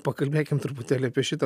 pakalbėkim truputėlį apie šitą